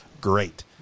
great